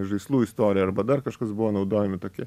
žaislų istorija arba dar kažkas buvo naudojami tokie